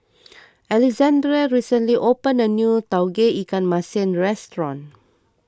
Alexandrea recently opened a new Tauge Ikan Masin restaurant